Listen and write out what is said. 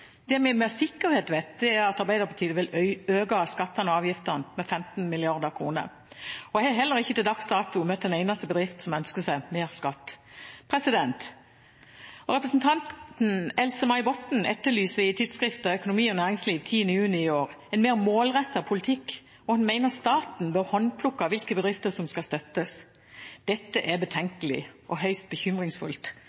Det vi med sikkerhet vet, er at Arbeiderpartiet vil øke skattene og avgiftene med 15 mrd. kr, og jeg har heller ikke til dags dato møtt en eneste bedrift som ønsker seg mer skatt. Representanten Else-May Botten etterlyser i Klassekampen den 10. juni under «Økonomi & arbeidsliv» en mer målrettet politikk, og hun mener staten bør håndplukke hvilke bedrifter som skal støttes. Dette er